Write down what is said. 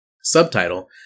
Subtitle